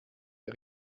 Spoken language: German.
der